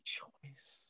choice